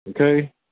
Okay